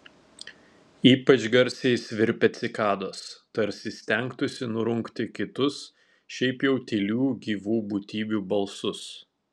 ypač garsiai svirpia cikados tarsi stengtųsi nurungti kitus šiaip jau tylių gyvų būtybių balsus